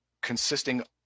consisting